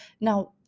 now